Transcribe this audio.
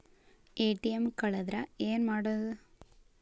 ATM ಕಳದ್ರ ಏನು ಮಾಡೋದು?